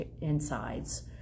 insides